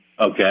Okay